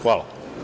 Hvala.